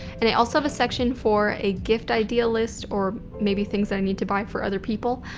and i also have a section for a gift idea list or maybe things i need to buy for other people.